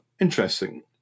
interesting